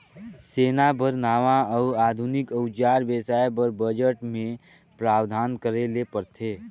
सेना बर नावां अउ आधुनिक अउजार बेसाए बर बजट मे प्रावधान करे ले परथे